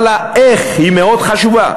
אבל שאלת ה"איך" היא מאוד חשובה.